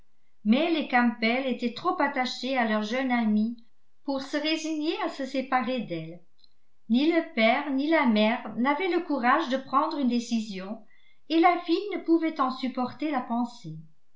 mais les campbell étaient trop attachés à leur jeune amie pour se résigner à se séparer d'elle ni le père ni la mère n'avaient le courage de prendre une décision et la fille ne pouvait en supporter la pensée